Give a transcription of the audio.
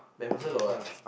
MacPherson got what